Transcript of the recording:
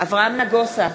אברהם נגוסה,